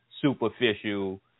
superficial